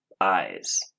eyes